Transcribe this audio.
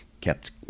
kept